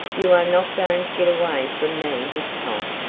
you are not going to get away from me this time,